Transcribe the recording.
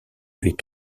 avait